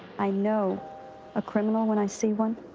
i know a criminal when i see one.